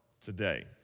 today